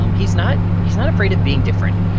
um he's not he's not afraid of being different,